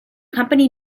company